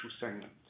segment